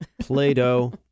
play-doh